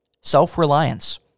Self-reliance